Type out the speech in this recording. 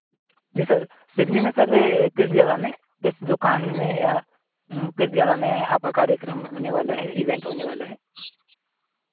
जी sir सिगनी में sir किस जगह में किस दुक़ान में या किस जगह में आपका कार्यक्रम होने वाला है इवेन्ट होनेवाला है